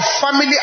family